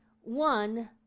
one